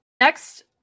Next